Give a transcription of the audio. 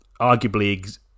arguably